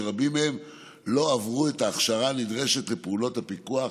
שרבים מהם לא עברו את ההכשרה הנדרשת לפעולות הפיקוח